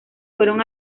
fueron